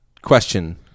Question